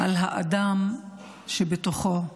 על האדם שבתוכם,